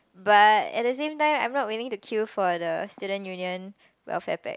but at the same time I'm not willing to queue for the Student Union welfare pack